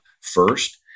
first